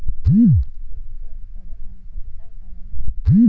शेतीच्या उत्पादन वाढीसाठी काय करायला हवे?